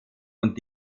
und